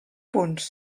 punts